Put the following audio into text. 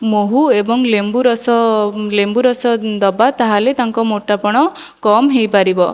ମହୁ ଏବଂ ଲେମ୍ବୁ ରସ ଲେମ୍ବୁ ରସ ଦେବା ତା'ହେଲେ ତାଙ୍କ ମୋଟାପଣ କମ୍ ହେଇପାରିବ